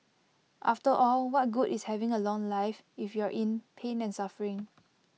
after all what good is having A long life if you're in pain and suffering